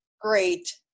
Great